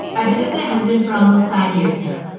i've been with my husband for almost five years now.